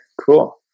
cool